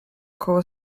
koło